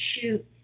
shoot